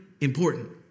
important